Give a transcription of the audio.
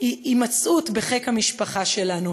הימצאות בחיק המשפחה שלנו.